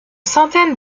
centaines